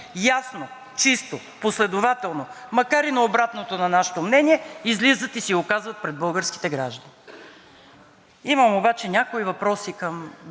Имам обаче някои въпроси към две други групи. Няма го господин Петков от началото на този разговор – Кирил Петков имам предвид.